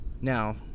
Now